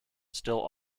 still